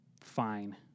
fine